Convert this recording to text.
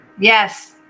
Yes